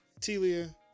Telia